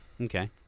Okay